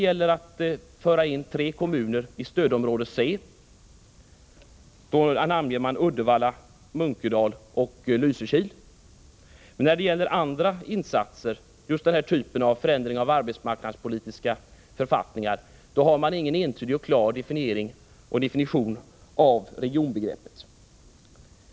Man för in tre kommuner i stödområde C — och där namnges Uddevalla, Munkedal och Lysekil. Men när det gäller andra insatser — exempelvis just förändringar av arbetsmarknadspolitiska författningar — finns ingen entydig och klar definition av regionsbegreppet.